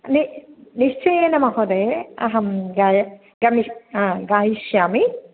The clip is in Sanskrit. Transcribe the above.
नि निश्चयेन महोदये अहं गायिष्यामि